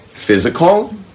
physical